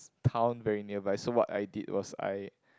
town very nearby so what I did was I